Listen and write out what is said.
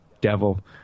Devil